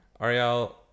Ariel